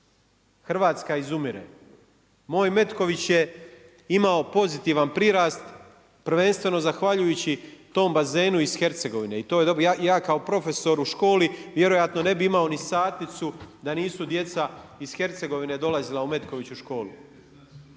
Hrvatska izumire. Moj Metković je imao pozitivan prirast prvenstveno zahvaljujući tom bazenu iz Hercegovine i to je dobro. Ja kao profesor u školi vjerojatno ne bi imao ni satnicu da nisu djeca iz Hercegovine dolazila u Metković u školu.